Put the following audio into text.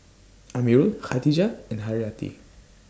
Amirul Khatijah and Haryati